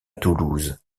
toulouse